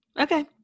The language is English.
Okay